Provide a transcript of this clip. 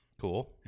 cool